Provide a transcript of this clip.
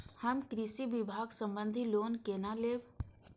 हम कृषि विभाग संबंधी लोन केना लैब?